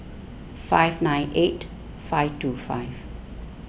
five nine eight five two five